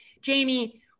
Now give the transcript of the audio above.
Jamie